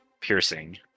piercing